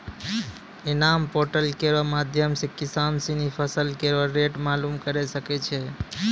इनाम पोर्टल केरो माध्यम सें किसान सिनी फसल केरो रेट मालूम करे सकै छै